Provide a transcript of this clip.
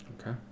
Okay